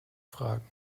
fragen